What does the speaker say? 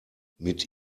mit